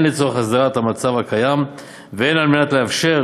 הן לצורך הסדרת המצב הקיים והן על מנת לאפשר